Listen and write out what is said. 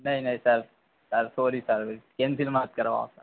नहीं नहीं sir sir sorry sir cancel मत करवाओ सर